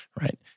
right